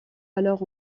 alors